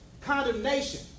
condemnation